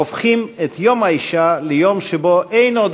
הופכים את יום האישה ליום שבו אין עוד